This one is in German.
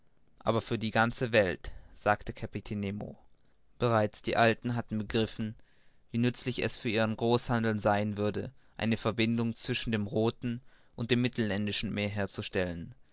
aber für die ganze welt sagte der kapitän nemo bereits die alten hatten begriffen wie nützlich es für ihren großhandel sein würde eine verbindung zwischen dem rothen und mittelländischen meere herzustellen